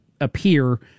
appear